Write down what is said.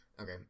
okay